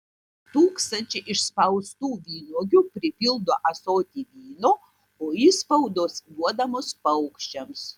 tūkstančiai išspaustų vynuogių pripildo ąsotį vyno o išspaudos duodamos paukščiams